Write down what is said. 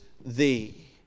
thee